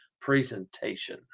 presentation